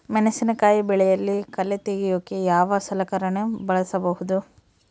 ಮೆಣಸಿನಕಾಯಿ ಬೆಳೆಯಲ್ಲಿ ಕಳೆ ತೆಗಿಯೋಕೆ ಯಾವ ಸಲಕರಣೆ ಬಳಸಬಹುದು?